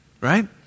right